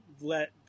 let